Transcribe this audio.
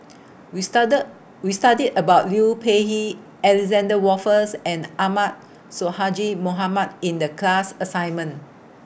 We We studied about Liu Peihe Alexander Wolters and Ahmad Sonhadji Mohamad in The class assignment